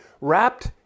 wrapped